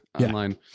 online